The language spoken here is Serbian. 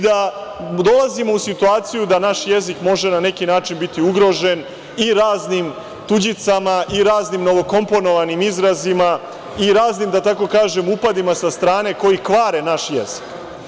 Dolazimo u situaciju da naš jezik može na neki način biti ugrožen i raznim tuđicama i raznim novokomponovanim izrazima i raznim, da tako kažem, upadima sa strane koji kvare naš jezik.